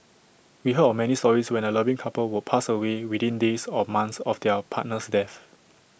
we heard of many stories when A loving couple would pass away within days or months of their partner's death